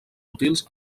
útils